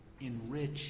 enrich